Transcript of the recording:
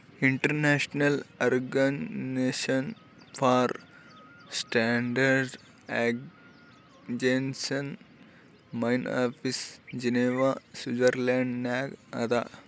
international organization for standardization main office Geneva Switzerland ನಾಗ್ ಅದಾ